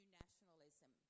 nationalism